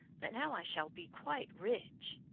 but now i shall be quite rich.